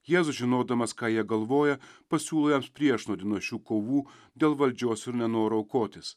jėzus žinodamas ką jie galvoja pasiūlo jiems priešnuodį nuo šių kovų dėl valdžios ir nenoro aukotis